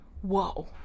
Whoa